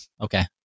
okay